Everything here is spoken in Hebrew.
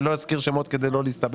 אני לא אזכיר שמות כדי לא להסתבך.